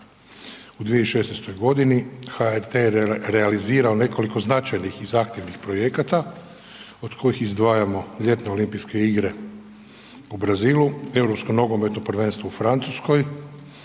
U 2016.g. HRT je realizirao nekoliko značajnih i zahtjevnih projekata od kojih izdvajamo Ljetne olimpijske igre u Brazilu, Europsko nogometno prvenstvo u Francuskoj,